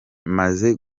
maze